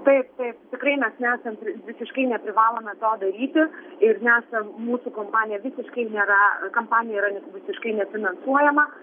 taip taip tikrai mes nesam visiškai neprivalome to daryti ir nesam mūsų kompanija visiškai nėra kampanija yra visiškai nefinansuojama